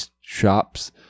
shops